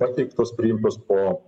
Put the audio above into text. pateiktos priimtos po